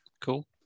Cool